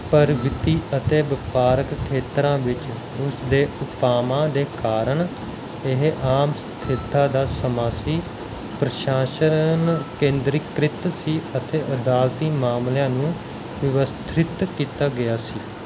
ਪਰਵਿਤੀ ਅਤੇ ਵਪਾਰਕ ਖੇਤਰਾਂ ਵਿੱਚ ਉਸ ਦੇ ਉਪਾਵਾਂ ਦੇ ਕਾਰਨ ਇਹ ਆਮ ਸਥਿਰਤਾ ਦਾ ਸਮਾਂ ਸੀ ਪ੍ਰਸ਼ਾਸਨ ਕੇਂਦਰੀਕ੍ਰਿਤ ਸੀ ਅਤੇ ਅਦਾਲਤੀ ਮਾਮਲਿਆਂ ਨੂੰ ਵਿਵਸਥਰਿਤ ਕੀਤਾ ਗਿਆ ਸੀ